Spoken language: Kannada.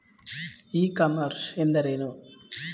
ಇ ಕಾಮರ್ಸ್ ಎಂದರೇನು?